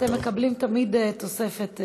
אתם תמיד מקבלים תוספת.